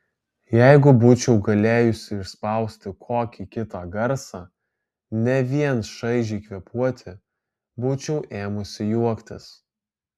jeigu būčiau galėjusi išspausti kokį kitą garsą ne vien šaižiai kvėpuoti būčiau ėmusi juoktis